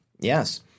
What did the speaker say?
Yes